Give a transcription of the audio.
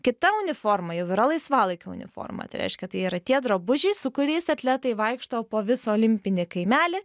kita uniforma jau yra laisvalaikio uniforma tai reiškia tai yra tie drabužiai su kuriais atletai vaikšto po visą olimpinį kaimelį